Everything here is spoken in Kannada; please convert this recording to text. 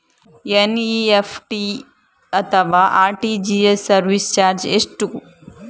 ಎನ್.ಇ.ಎಫ್.ಟಿ ಅಥವಾ ಆರ್.ಟಿ.ಜಿ.ಎಸ್ ಸರ್ವಿಸ್ ಚಾರ್ಜ್ ಎಷ್ಟು?